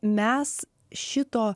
mes šito